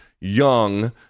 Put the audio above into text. young